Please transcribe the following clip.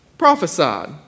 Prophesied